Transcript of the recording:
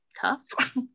tough